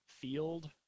field